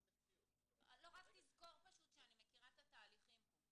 זאת המציאות -- רק תזכור שאני מכירה את התהליכים פה.